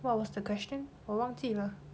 what was the question 我忘记了